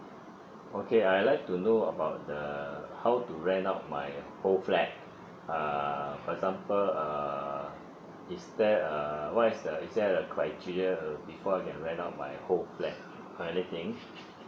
okay I'd like to know about the how to rent out my whole flat uh for example err is there err what is the is there a criteria uh before I can rent out my whole flat or anything